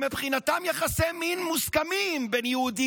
שמבחינתם יחסי מין מוסכמים בין יהודי